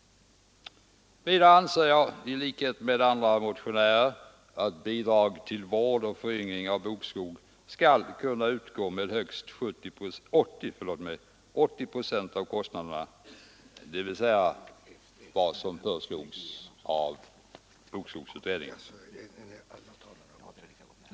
Vidare anser jag i likhet med andra motionärer att bidrag till vård och föryngring av bokskog skall kunna utgå med högst 80 procent av kostnaderna, dvs. vad som föreslogs av bokskogsutredningen.